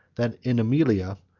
that in aemilia,